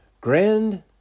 Grand